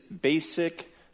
basic